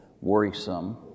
worrisome